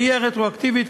זה יהיה רטרואקטיבית,